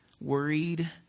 worried